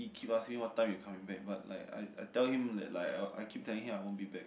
keep asking what time you coming back but like I I tell him that like I keep telling him I won't be back